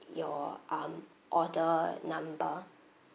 your um order number